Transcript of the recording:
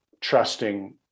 trusting